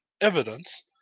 evidence